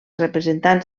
representants